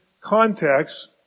context